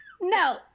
No